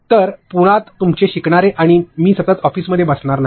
तर मुळात तुमचे शिकणारे आणि मी सतत ऑफिसमध्ये बसणार नाही